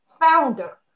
founder